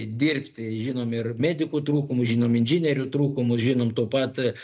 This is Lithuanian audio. dirbti žinom ir medikų trūkum žinom inžinierių trūkum žinom to pat